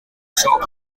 shop